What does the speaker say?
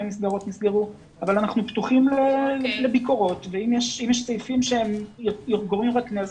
מסגרות נסגרו אבל אנחנו פתוחים לביקורות ואם יש סעיפים שהם גורמים רק נזק,